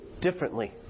differently